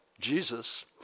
Jesus